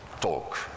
talk